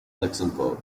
luxembourg